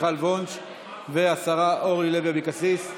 חברת הכנסת מיכל וונש והשרה אורלי לוי אבקסיס,